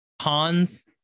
Hans